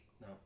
No